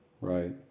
right